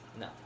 No